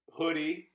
hoodie